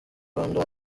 rwanda